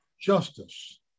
justice